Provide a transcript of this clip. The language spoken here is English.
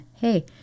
hey